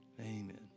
Amen